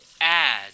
Add